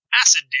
acid